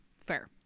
fair